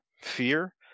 fear